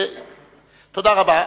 תודה רבה.